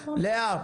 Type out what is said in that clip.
לאה,